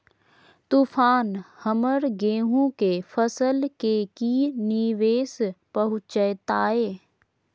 तूफान हमर गेंहू के फसल के की निवेस पहुचैताय?